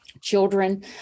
children